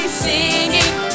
singing